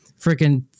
freaking